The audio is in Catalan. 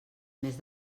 mes